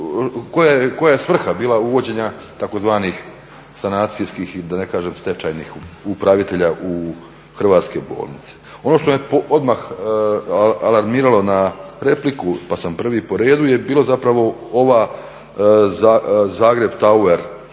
koja je svrha bila uvođenja tzv. sanacijskih, da ne kažem stečajnih upravitelja u hrvatske bolnice. Ono što me odmah alarmiralo na repliku pa sam prvi po redu je bilo zapravo ova zagreb tower,